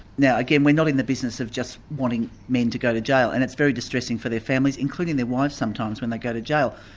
now again, we're not in the business of just wanting men to go to jail, and it's very distressing for their families, including their wives sometimes when they go to jail.